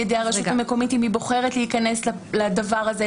ידי הרשות המקומית אם היא בוחרת להיכנס לדבר הזה,